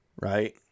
Right